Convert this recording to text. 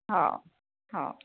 ହଁ ହଉ